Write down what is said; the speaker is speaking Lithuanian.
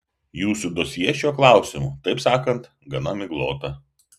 jūsų dosjė šiuo klausimu taip sakant gana miglota